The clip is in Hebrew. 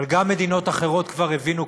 אבל גם מדינות אחרות כבר הבינו,